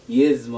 yes